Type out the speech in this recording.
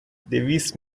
دویست